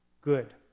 good